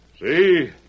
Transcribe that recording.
See